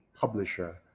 publisher